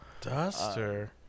Duster